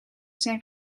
zijn